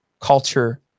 culture